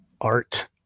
art